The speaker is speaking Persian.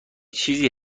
چیزی